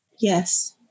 Yes